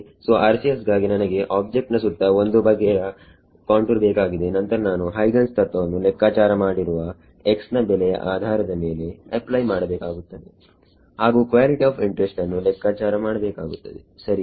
ಸೋRCS ಗಾಗಿ ನನಗೆ ಆಬ್ಜೆಕ್ಟ್ ನ ಸುತ್ತ ಒಂದು ಬಗೆಯ ಕಾಂಟೂರ್ ಬೇಕಾಗಿದೆ ನಂತರ ನಾನು ಹೈಗನ್ಸ್ ತತ್ವವನ್ನು ಲೆಕ್ಕಾಚಾರ ಮಾಡಿರುವ x ನ ಬೆಲೆಯ ಆಧಾರದ ಮೇಲೆ ಅಪ್ಲೈ ಮಾಡಬೇಕಾಗುತ್ತದೆ ಹಾಗು ಕ್ವಾಲಿಟಿ ಆಫ್ ಇಂಟ್ರೆಸ್ಟ್ ಅನ್ನು ಲೆಕ್ಕಾಚಾರ ಮಾಡಬೇಕಾಗುತ್ತದೆ ಸರಿಯೇ